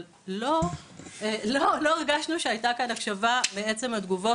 אבל לא הרגשנו שהיתה כאן הקשבה מעצם התגובות,